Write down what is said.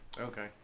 Okay